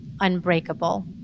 unbreakable